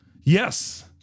Yes